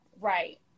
Right